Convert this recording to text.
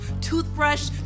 toothbrush